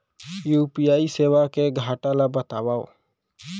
UPI सेवा के घाटा ल बतावव?